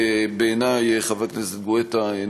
חבר הכנסת גואטה,